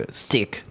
stick